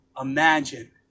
imagine